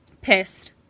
pissed